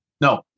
no